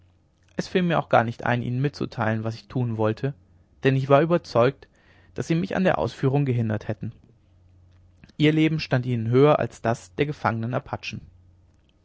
es fiel mir auch gar nicht ein ihnen mitzuteilen was ich tun wollte denn ich war überzeugt daß sie mich an der ausführung gehindert hätten ihr leben stand ihnen höher als das der gefangenen apachen